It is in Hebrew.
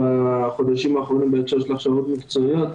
בחודשים האחרונים בהקשר של הכשרות מקצועיות.